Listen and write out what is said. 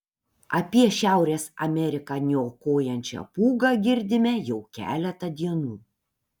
apie šiaurės ameriką niokojančią pūgą girdime jau keletą dienų